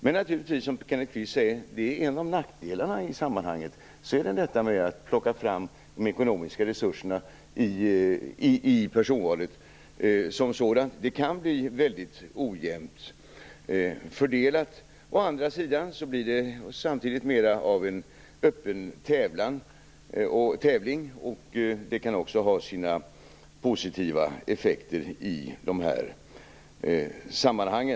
Men som Kenneth Kvist säger är det naturligtvis en av nackdelarna i sammanhanget just att plocka fram de ekonomiska resurserna i personvalet som sådant. De kan bli väldigt ojämnt fördelade. Å andra sidan blir det samtidigt mer av en öppen tävling, vilket kan ha sina positiva effekter i sammanhanget.